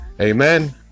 Amen